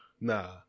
nah